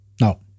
No